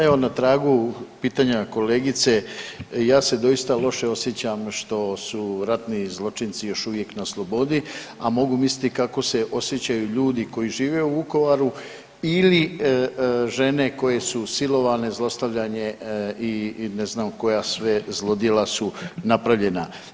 Evo, na tragu pitanja kolegice ja se doista loše osjećam što su ratni zločinci još uvijek na slobodi, a mogu misliti kako se osjećaju ljudi koji žive u Vukovaru ili žene koje su silovane, zlostavljane ili ne znam koja sve zlodjela su napravljena.